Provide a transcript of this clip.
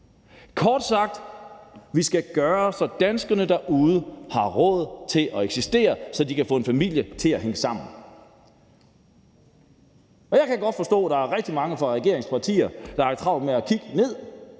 der skal til, for at danskerne derude har råd til at eksistere, så de kan få en familie til at hænge sammen. Og jeg kan godt forstå, at der er rigtig mange fra regeringen og støttepartierne, der har travlt med at kigge ned,